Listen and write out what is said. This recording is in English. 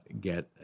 get